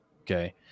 okay